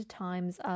times